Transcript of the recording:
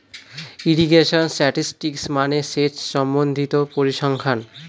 irrigation statistics মানে সেচ সম্বন্ধিত পরিসংখ্যান